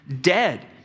dead